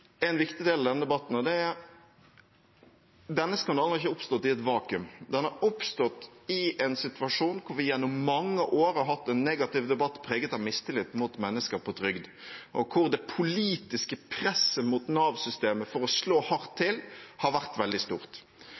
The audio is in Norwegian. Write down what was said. viktig del av denne debatten, og det er: Denne skandalen har ikke oppstått i et vakuum. Den har oppstått i en situasjon der vi gjennom mange år har hatt en negativ debatt preget av mistillit mot mennesker på trygd, og der det politiske presset mot Nav-systemet for å slå hardt til har vært veldig stort.